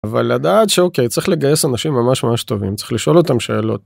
אבל לדעת, שאוקיי צריך לגייס אנשים ממש ממש טובים, צריך לשאול אותם שאלות.